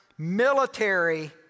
military